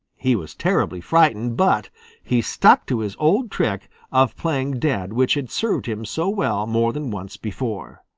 he was terribly frightened. but he stuck to his old trick of playing dead which had served him so well more than once before.